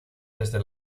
desde